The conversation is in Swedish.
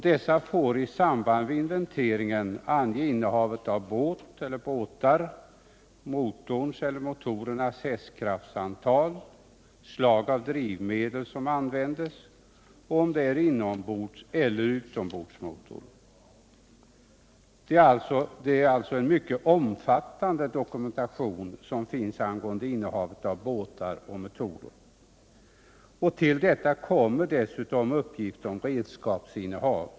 Dessa får i samband med inventeringen ange innehavet av 5 april 1978 båtar, motorns eller motorernas hästkraftsantal, slag av drivmedel som används och om det är inombordseller utombordsmotor. Det är alltså en mycket omfattande dokumentation som finns angående innehavet av båtar och motorer. Till detta kommer uppgift om redskapsinnehav.